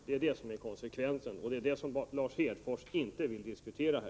Det är den frågan som Lars Hedfors inte vill diskutera här.